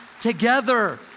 together